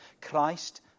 Christ